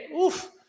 Oof